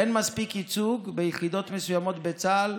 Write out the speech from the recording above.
אין מספיק ייצוג ביחידות מסוימות בצה"ל